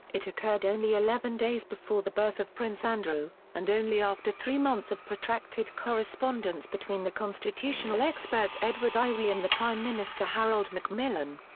it occurred only eleven days before the birth of prince andrew, and only after three months of protracted correspondence between the constitutional expert edward iwi and the prime minister harold macmillan.